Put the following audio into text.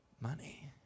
money